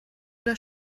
das